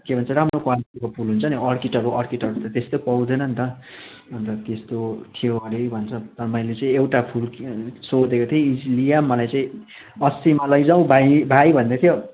के भन्छ राम्रो क्वालिटीको फुल हुन्छ अर्किडहरू अर्किडहरू त त्यस्तो पाउँदैन नि त अन्त त्यस्तो थियो अरे भन्छ मैले चाहिँ एउटा फुल सोधेको थिएँ इन्जिलिया मलाई चाहिँ अस्सीमा लैजाउ भाइ भन्दै थियो